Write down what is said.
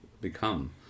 become